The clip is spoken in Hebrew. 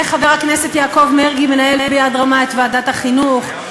איך חבר הכנסת יעקב מרגי מנהל ביד רמה את ועדת החינוך,